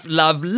love